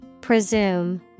Presume